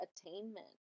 attainment